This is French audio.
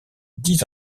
dix